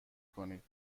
کنید